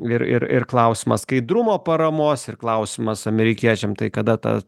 ir ir ir klausimas skaidrumo paramos ir klausimas amerikiečiams tai kada ta